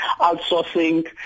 outsourcing